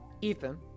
Ethan